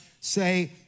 say